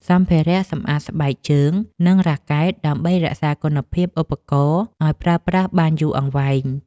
សម្ភារៈសម្អាតស្បែកជើង និងរ៉ាកែត ដើម្បីរក្សាគុណភាពឧបករណ៍ឱ្យប្រើប្រាស់បានយូរអង្វែង។